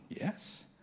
Yes